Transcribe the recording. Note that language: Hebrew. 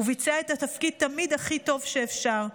הוא ביצע את התפקיד תמיד הכי טוב שאפשר.